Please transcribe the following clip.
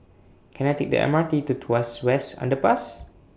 Can I Take The M R T to Tuas West Underpass